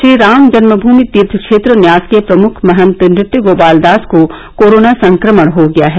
श्री राम जन्मगूमि तीर्थ क्षेत्र न्यास के प्रमुख महंत नृत्य गोपाल दास को कोरोना संक्रमण हो गया है